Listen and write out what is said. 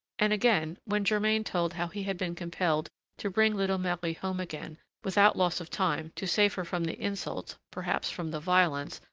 and again, when germain told how he had been compelled to bring little marie home again without loss of time to save her from the insults, perhaps from the violence,